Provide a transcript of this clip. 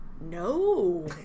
no